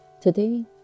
Today